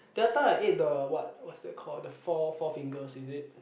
the other time I ate the what what's that called the four Four-Fingers is it